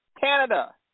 Canada